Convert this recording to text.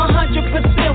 100%